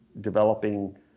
developing